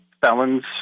felons